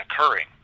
occurring